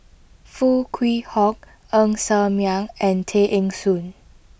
Foo Kwee Horng Ng Ser Miang and Tay Eng Soon